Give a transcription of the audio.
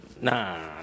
Nah